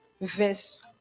verse